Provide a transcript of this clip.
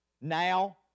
Now